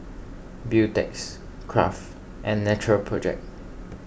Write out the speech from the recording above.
Beautex Kraft and Natural Project